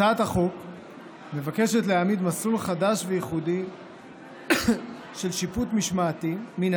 הצעת החוק מבקשת להעמיד מסלול חדש וייחודי של שיפוט משמעתי-מינהלי